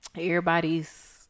Everybody's